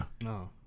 No